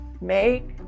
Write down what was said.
make